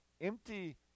empty